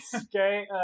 Okay